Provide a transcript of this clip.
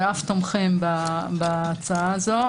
ואף תומכים בהצעה הזאת,